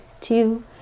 two